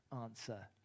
answer